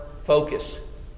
focus